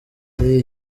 ati